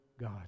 God